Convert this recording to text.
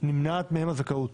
נמנעת מהם הזכאות,